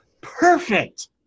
perfect